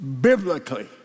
biblically